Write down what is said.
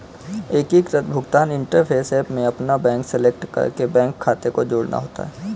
एकीकृत भुगतान interface app में अपना बैंक सेलेक्ट करके बैंक खाते को जोड़ना होता है